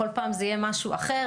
כל פעם זה יהיה משהו אחר